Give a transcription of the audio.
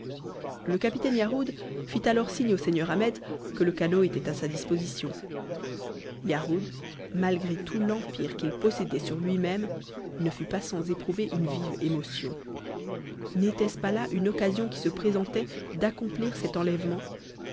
le capitaine yarhud fit alors signe au seigneur ahmet que le canot était à sa disposition yarhud malgré tout l'empire qu'il possédait sur lui-même ne fut pas sans éprouver une vive émotion n'était-ce pas là une occasion qui se présentait d'accomplir cet enlèvement